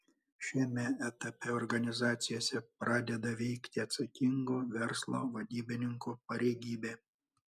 šiame etape organizacijose pradeda veikti atsakingų verslo vadybininkų pareigybė